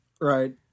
Right